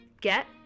get